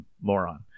moron